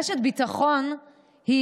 רשת ביטחון היא